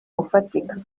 ufatika